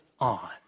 on